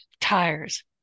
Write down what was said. tires